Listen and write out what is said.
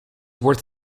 worth